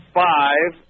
five